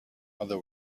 other